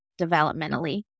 developmentally